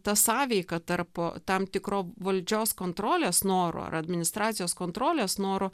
ta sąveika tarp po tam tikro valdžios kontrolės noro ar administracijos kontrolės noro